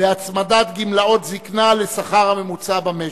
והצמדת גמלאות הזיקנה לשכר הממוצע במשק.